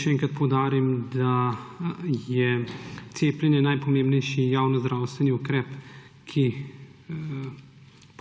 še enkrat poudarim, da je cepljenje najpomembnejši javnozdravstveni ukrep, ki